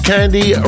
Candy